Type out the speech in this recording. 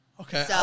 Okay